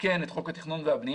שתיקן את חוק התכנון והבנייה.